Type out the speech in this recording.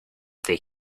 they